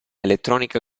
elettronica